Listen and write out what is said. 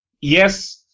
yes